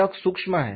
और यह सूक्ष्म है